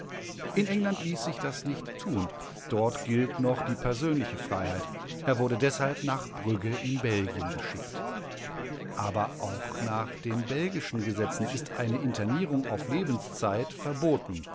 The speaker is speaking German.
in england ließ sich das nicht tun dort gilt noch die persönliche freiheit er wurde deshalb nach brügge in belgien geschickt aber auch nach den belgischen gesetzen ist eine internierung auf lebenszeit verboten